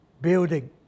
building